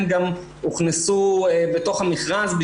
הן גם הוכנסו בתוך המכרז,